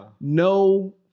no